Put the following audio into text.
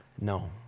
No